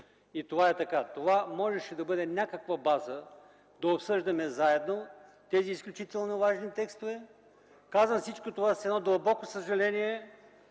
Това е така. Това можеше да бъде някаква база да обсъждаме заедно тези изключително важни текстове. Казвам всичко това с едно дълбоко съжаление,